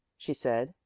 she said,